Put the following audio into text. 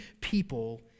people